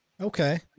Okay